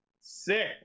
Sick